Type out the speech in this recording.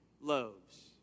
loaves